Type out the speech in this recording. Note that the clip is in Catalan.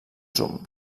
zoom